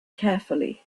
carefully